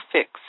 Fix